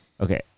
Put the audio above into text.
Okay